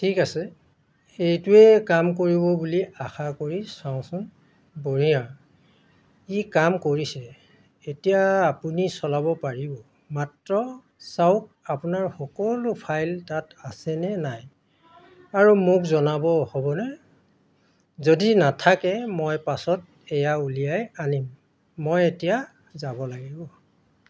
ঠিক আছে এইটোৱে কাম কৰিব বুলি আশা কৰি চাওচোন বঢ়িয়া ই কাম কৰিছে এতিয়া আপুনি চলাব পাৰিব মাত্ৰ চাওক আপোনাৰ সকলো ফাইল তাত আছেনে নাই আৰু মোক জনাব হ'বনে যদি নাথাকে মই পাছত এয়া উলিয়াই আনিম মই এতিয়া যাব লাগিব